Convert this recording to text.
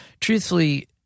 Truthfully